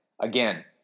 Again